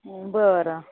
बरं